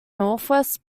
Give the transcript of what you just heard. northwest